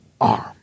arm